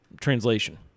translation